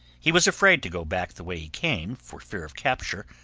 he was afraid to go back the way he came, for fear of capture,